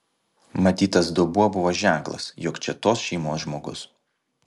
matyt tas dubuo buvo ženklas jog čia tos šeimos žmogus